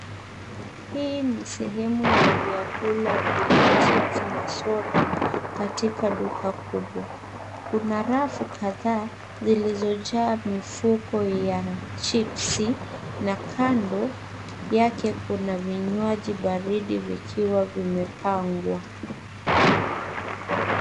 Hii ni sehemu ya vyakula ya chips na soda katika duka kubwa. Kuna rafu kadhaa zilizojaa mifuko ya chipsi na kando yake kuna vinywaji baridi vikiwa vimepangwa.